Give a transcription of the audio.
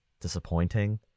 disappointing